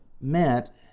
met